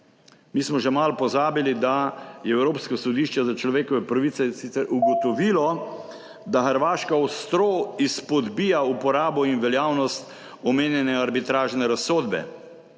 Mi smo že malo pozabili, da je Evropsko sodišče za človekove pravice sicer ugotovilo, da Hrvaška ostro izpodbija uporabo in veljavnost omenjene arbitražne razsodbe,